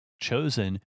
chosen